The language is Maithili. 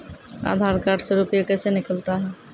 आधार कार्ड से रुपये कैसे निकलता हैं?